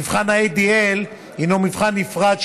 מבחן ה-ADL הוא מבחן נפרד,